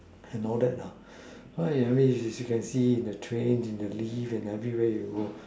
and all that what I mean you can see in the train in the lift in every where you go